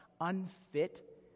unfit